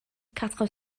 quatre